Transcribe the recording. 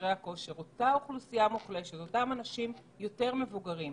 אותה אוכלוסייה מוחלשת, אותם אנשים יותר מבוגרים,